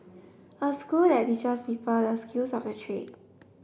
a school that teaches people the skills of the trade